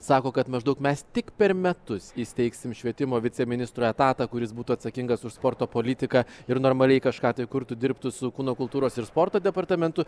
sako kad maždaug mes tik per metus įsteigsim švietimo viceministro etatą kuris būtų atsakingas už sporto politiką ir normaliai kažką tai kurtų dirbtų su kūno kultūros ir sporto departamentu